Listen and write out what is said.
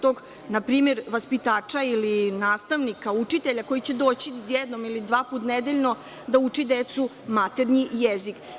Tog na primer vaspitača ili nastavnika, učitelja koji će doći jednom ili dva puta nedeljno da uči decu maternji jezik.